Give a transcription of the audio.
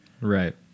Right